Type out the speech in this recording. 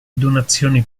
donazioni